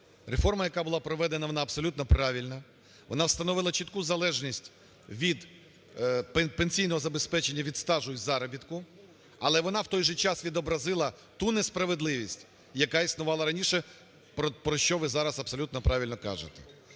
Реформа, яка була проведена, вона абсолютно правильна, вона встановила чітку залежність від… пенсійного забезпечення від стажу і заробітку, але вона в той же час відобразила ту несправедливість, яка існувала раніше, про що ви зараз абсолютно правильно кажете.